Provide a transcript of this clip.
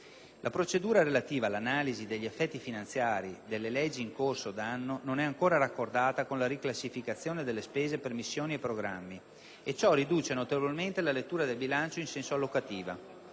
La procedura relativa all'analisi degli effetti finanziari delle leggi in corso d'anno non é ancora raccordata con la riclassificazione delle spese per missioni e programmi e ciò riduce notevolmente la lettura del bilancio in senso allocativo.